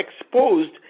exposed